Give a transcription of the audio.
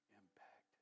impact